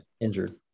injured